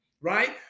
right